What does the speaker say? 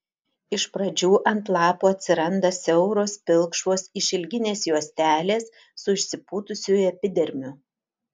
iš pradžių ant lapų atsiranda siauros pilkšvos išilginės juostelės su išsipūtusiu epidermiu